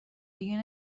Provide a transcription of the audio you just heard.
دیگه